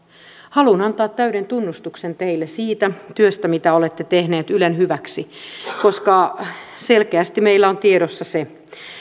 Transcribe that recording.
haluan antaa täyden tunnustuksen teille siitä työstä mitä olette tehneet ylen hyväksi koska selkeästi meillä on tiedossa se